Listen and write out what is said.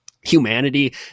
humanity